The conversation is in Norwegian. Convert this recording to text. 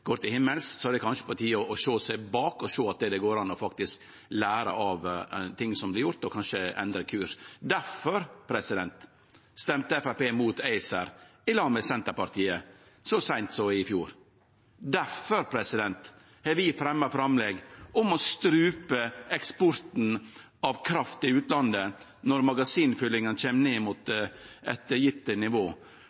går til himmels, er det kanskje på tide å sjå bakover og sjå at det faktisk går an å lære av ting som vert gjort, og kanskje endre kursen. Difor stemte Framstegspartiet mot ACER i lag med Senterpartiet så seint som i fjor. Difor har vi lagt fram framlegg om å strupe eksporten av kraft til utlandet når magasinfyllingane kjem ned mot